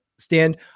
stand